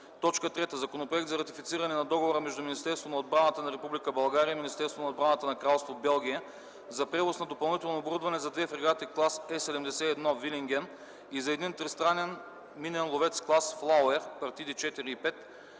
3. Законопроект за ратифициране на Договора между Министерството на отбраната на Република България и Министерството на отбраната на Кралство Белгия за превоз на допълнително оборудване за две фрегати клас Е-71 „Вилинген” и за един тристранен минен ловец клас „Флауер” (партиди 4-5),